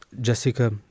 Jessica